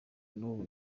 n’ubu